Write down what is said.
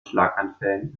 schlaganfällen